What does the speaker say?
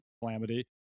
calamity